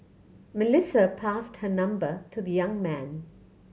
Melissa passed her number to the young man